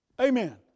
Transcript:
Amen